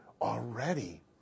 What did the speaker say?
already